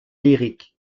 lyriques